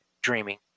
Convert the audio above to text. dreaming